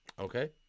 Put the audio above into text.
Okay